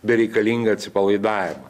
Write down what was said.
bereikalingą atsipalaidavimą